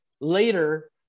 later